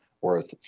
worth